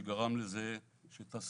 שגרם לזה שתעשיינים